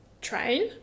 train